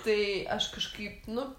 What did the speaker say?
tai aš kažkaip nu